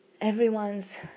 everyone's